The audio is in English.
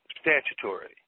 statutory